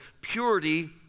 purity